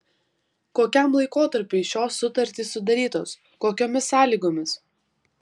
kokiam laikotarpiui šios sutartys sudarytos kokiomis sąlygomis